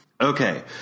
Okay